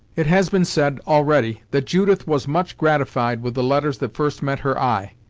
it has been said, already, that judith was much gratified with the letters that first met her eye.